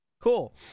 Cool